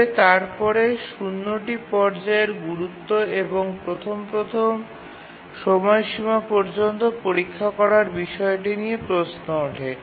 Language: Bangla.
তবে তারপরে ০ টি পর্যায়ের গুরুত্ব এবং প্রথম প্রথম সময়সীমা পর্যন্ত পরীক্ষা করার বিষয়টি নিয়ে প্রশ্ন ওঠে